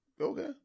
Okay